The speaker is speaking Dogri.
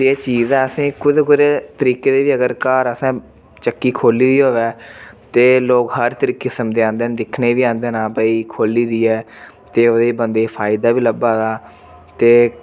ते एह् चीज़ दा असें तरीके दे बी अगर घर असें चक्की खोह्ली दी होऐ ते लोक हर तरह किसम दे आंदे दिक्खने दे बी आंदे के हां भाई खोह्ली दी ऐ ते ओह्दे च बंदे गी फायदा बी लब्भा दा ते